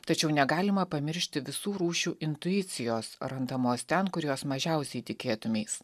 tačiau negalima pamiršti visų rūšių intuicijos randamos ten kur jos mažiausiai tikėtumeis